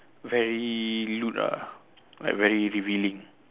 very lewd ah like very revealing